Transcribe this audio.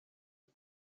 the